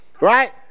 Right